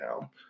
now